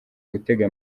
gutega